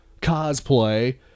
cosplay